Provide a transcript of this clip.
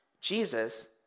Jesus